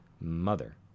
mother